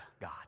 God